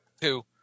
Two